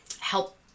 help